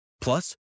Plus